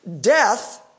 death